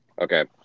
Okay